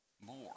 more